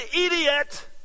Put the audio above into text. idiot